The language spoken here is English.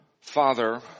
Father